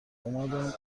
اومدم